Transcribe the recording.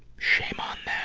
shame on